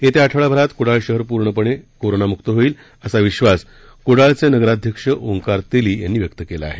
येत्या आठवडाभरात कुडाळ शहर पूर्णपणे कोरोनमुक्त होईल असा विश्वास कुडाळचे नगराध्यक्ष ओंकार तेली यांनी व्यक्त केला आहे